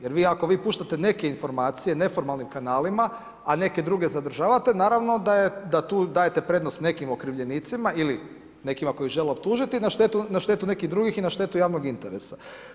Jer ako vi puštate neke informacije neformalnim kanalima, a neke druge zadržavate, naravno da tu dajete prednost nekim okrivljenicima ili nekima koji žele optužiti na štetu nekih drugih i na štetu javnog interesa.